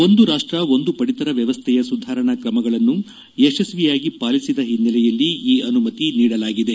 ಒಂದು ರಾಷ್ಷ ಒಂದು ಪಡಿತರ ವ್ಲವಸ್ಥೆಯ ಸುಧಾರಣಾ ಕ್ರಮಗಳನ್ನು ಯಶಸ್ವಿಯಾಗಿ ಪಾಲಿಸಿದ ಹಿನ್ನೆಲೆಯಲ್ಲಿ ಈ ಅನುಮತಿ ನೀಡಲಾಗಿದೆ